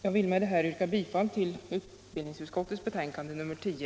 Jag vill med detta yrka bifall till hemställan i dess helhet i utbildningsutskottets betänkande nr 10.